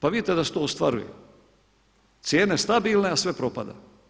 Pa vidite da se to ostvaruje, cijene stabilne a sve propada.